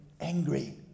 angry